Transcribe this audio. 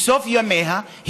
בסוף ימיה,